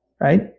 right